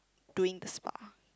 doing the spa